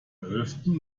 elften